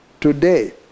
today